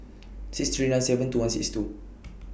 six three nine seven two one six two